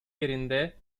yerinde